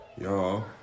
Y'all